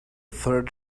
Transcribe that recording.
third